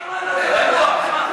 תנוח.